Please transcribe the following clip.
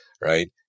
right